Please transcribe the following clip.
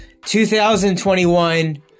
2021